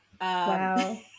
Wow